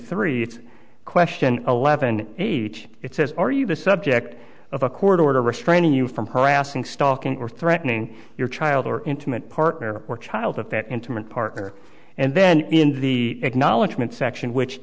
three it's a question eleven h it says are you the subject of a court order restraining you from harassing stalking or threatening your child or intimate partner or child at that intimate partner and then in the acknowledgment section which